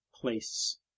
place